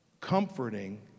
comforting